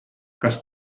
kas